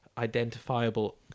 identifiable